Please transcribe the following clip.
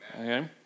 okay